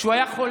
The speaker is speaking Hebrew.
כשהוא היה חולה.